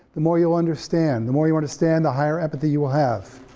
the more you'll understand. the more you understand, the higher empathy you'll have,